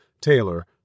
Taylor